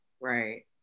Right